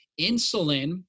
Insulin